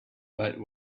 but